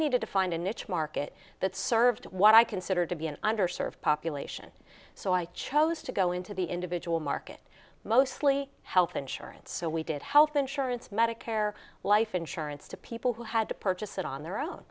needed to find a niche market that served what i consider to be an under served population so i chose to go into the individual market mostly health insurance so we did health insurance medicare life insurance to people who had to purchase it on their own